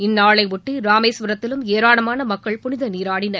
இந்நாளையொட்டி ராமேஸ்வரத்திலும் ஏராளமான மக்கள் புனித நீராடினர்